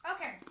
Okay